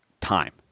time